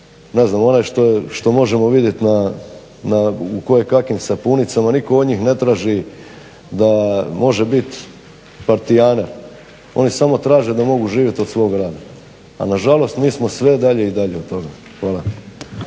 ne znam onaj što možemo vidjeti u kojekakvim sapunicama, nitko od njih ne traži da može biti partijaner. Oni samo traže da mogu živjeti od svog rada, a nažalost mi smo sve dalje i dalje od toga. Hvala.